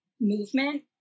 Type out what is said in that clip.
movement